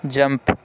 jump